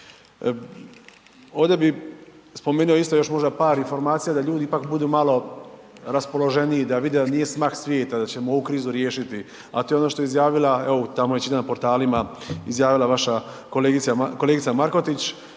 Ovdje bi spomenuo isto još možda par informacija da ljudi ipak budu malo raspoloženiji da vide da nije smak svijeta da ćemo ovu krizu riješiti, a to je ono što je izjavila, evo tamo i čitam na portalima, izjavila vaša kolegica, kolegica